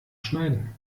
schneiden